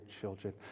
children